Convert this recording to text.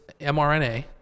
mRNA